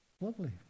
Lovely